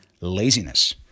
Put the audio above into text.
laziness